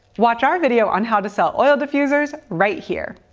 watch our video on how to sell oil diffusers right here.